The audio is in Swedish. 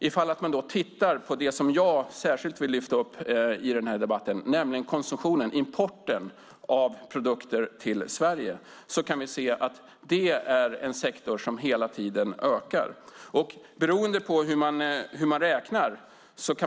Ifall man tittar på det jag särskilt vill lyfta fram i den här debatten - konsumtionen, importen av produkter till Sverige - kan man se att det är en sektor som hela tiden ökar. Det beror ju på hur man räknar.